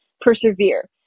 persevere